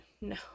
No